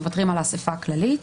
מוותרים על האסיפה הכללית,